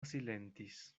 silentis